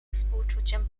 współczuciem